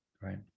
right